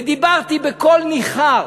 ודיברתי בקול ניחר,